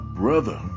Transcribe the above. brother